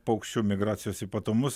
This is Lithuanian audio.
paukščių migracijos ypatumus